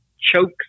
choke